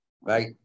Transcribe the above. right